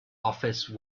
office